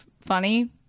funny